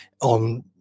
on